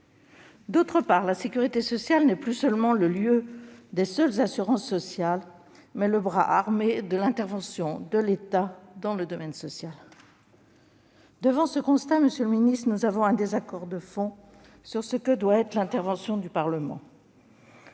D'autre part, la sécurité sociale n'est plus le lieu des seules assurances sociales, elle est le bras armé de l'intervention de l'État dans le domaine social. Monsieur le ministre, face à ce constat, nous avons un désaccord de fond sur ce que doit être l'intervention du Parlement.